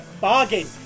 Bargain